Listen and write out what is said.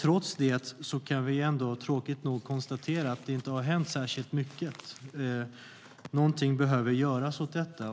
Trots det kan vi tråkigt nog konstatera att det inte har hänt särskilt mycket. Någonting behöver göras åt detta.